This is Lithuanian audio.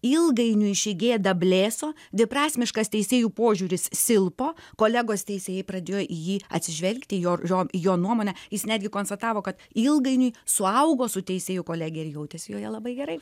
ilgainiui ši gėda blėso dviprasmiškas teisėjų požiūris silpo kolegos teisėjai pradžioj į jį atsižvelgt į jo jo nuomonę jis netgi konstatavo kad ilgainiui suaugo su teisėjų kolegija ir jautėsi joje labai gerai